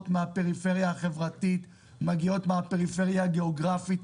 מהפריפריה החברתית ומהפריפריה הגיאוגרפית.